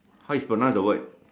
how you pronounce the word